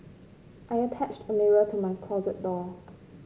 I attached a mirror to my closet door